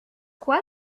quoi